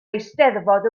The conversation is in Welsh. eisteddfod